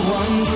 one